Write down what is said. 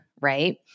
right